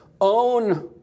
own